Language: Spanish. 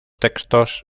textos